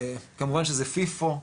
כמובן שזה פיפו,